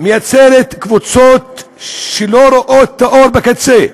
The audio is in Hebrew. יוצרת קבוצות שלא רואות את האור בקצה,